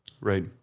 Right